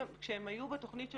כשהן היו בתכנית של